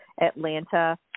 Atlanta